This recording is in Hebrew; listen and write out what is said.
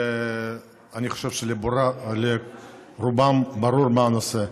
ואני חושב שלרובם ברור מה הנושא.